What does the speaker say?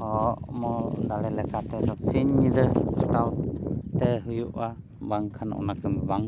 ᱦᱚᱲᱢᱚ ᱫᱟᱲᱮ ᱞᱮᱠᱟᱛᱮ ᱫᱚ ᱥᱤᱧᱼᱧᱤᱫᱟᱹ ᱠᱷᱟᱴᱟᱣᱛᱮ ᱦᱩᱭᱩᱜᱼᱟ ᱵᱟᱝᱠᱷᱟᱱ ᱚᱱᱟ ᱠᱟᱹᱢᱤ ᱵᱟᱝ